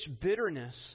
bitterness